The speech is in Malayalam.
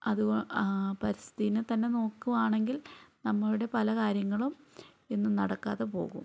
ആ പരിസ്ഥിയിനെത്തന്നെ നോക്കുകയാണെങ്കിൽ നമ്മുടെ പലകാര്യങ്ങളും ഇന്ന് നടക്കാതെ പോകും